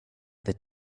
that